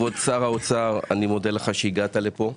כבוד שר האוצר, אני מודה לך שהגעת לפה.